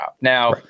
Now